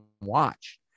watch